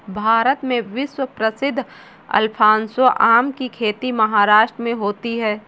भारत में विश्व प्रसिद्ध अल्फांसो आम की खेती महाराष्ट्र में होती है